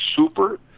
super